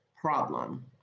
problem